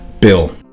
Bill